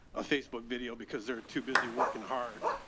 a facebook video because there are too busy working hard.